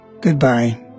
Goodbye